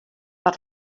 per